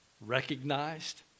recognized